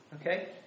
Okay